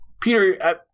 Peter –